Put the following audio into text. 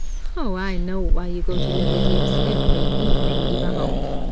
oh, i know why you go to lebedieff's every evening, ivanoff!